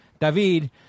David